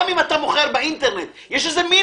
גם אם אתה מוכר באינטרנט, יש מינימום.